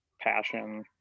passion